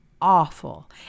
awful